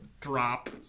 drop